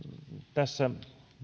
tässä